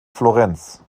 florenz